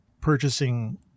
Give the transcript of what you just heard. purchasing